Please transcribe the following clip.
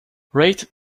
rate